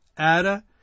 Ada